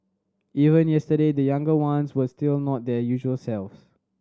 even yesterday the younger ones were still not their usual selves